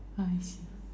I see